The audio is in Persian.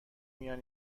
میان